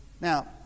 Now